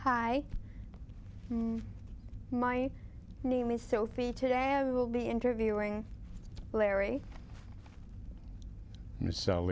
hi my name is sophie today i will be interviewing larry